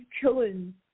killing